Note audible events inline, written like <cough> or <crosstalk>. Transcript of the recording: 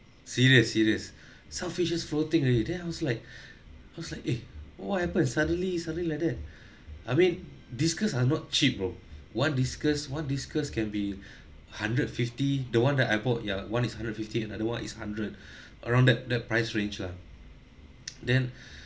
serious serious <breath> some floating already then I was like <breath> I was like eh what happen suddenly suddenly like that <breath> I mean discus are not cheap bro one discus one discus can be <breath> hundred fifty the one that I bought ya one is hundred fifty and another one is hundred <breath> around that the price range lah <noise> then <breath>